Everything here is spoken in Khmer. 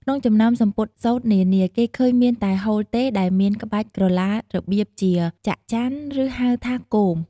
ក្នុងចំណោមសំពត់សូត្រនានា គេឃើញមានតែហូលទេ ដែលមានក្បាច់ក្រឡារបៀបជាច័ក្កច័ន ឬហៅថា “គោម”។